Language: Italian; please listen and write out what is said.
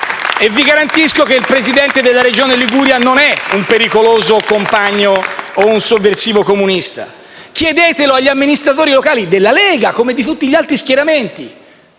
E vi garantisco che il Presidente della Regione Liguria non è un pericoloso compagno o un sovversivo comunista. Chiedetelo agli amministratori locali della Lega, come di tutti gli altri schieramenti,